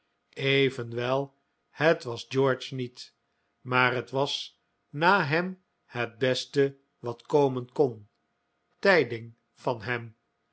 evenwel het was george niet maar het was na hem het beste wat komen kon tijding van hem